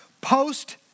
post